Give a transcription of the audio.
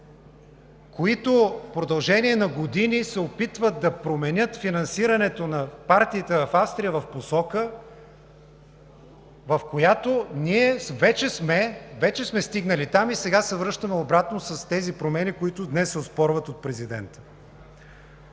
които в продължение на години се опитват да променят финансирането на партиите в Австрия в посока, в която ние вече сме стигнали там и сега се връщаме обратно с тези промени, които днес се оспорват от президента.